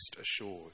assured